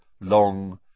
long